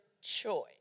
choice